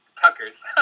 Tuckers